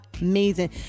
amazing